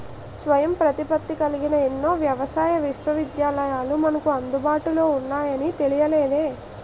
స్వయం ప్రతిపత్తి కలిగిన ఎన్నో వ్యవసాయ విశ్వవిద్యాలయాలు మనకు అందుబాటులో ఉన్నాయని తెలియలేదే